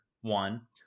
one